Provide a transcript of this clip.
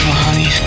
honey